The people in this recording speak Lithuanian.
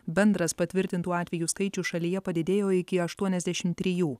bendras patvirtintų atvejų skaičius šalyje padidėjo iki aštuoniasdešimt trijų